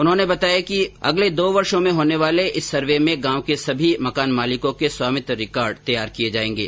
उन्होंने बताया कि वर्ष अगले दो वर्ष में होने वाले इस सर्वे में गांव के सभी मकान मालिकों के स्वामित्व रिकॉर्ड तैयार किये जायेंगे